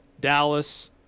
Dallas